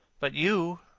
but you,